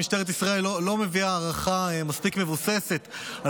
משטרת ישראל לא מביאה הערכה מספיק מבוססת על